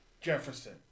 Jefferson